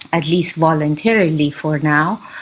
at least voluntarily for now,